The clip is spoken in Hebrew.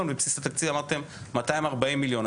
ובסיס התקציב אמרתם 240 מיליון,